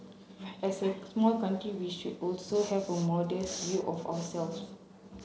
as a small country we should also have a modest view of ourselves